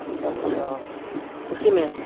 अच्छा उसी में